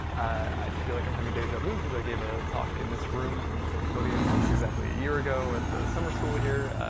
i feel like i'm having deja vu cause i gave a talk in this room from the same podium almost exactly a year ago at the summer school here.